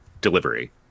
delivery